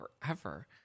forever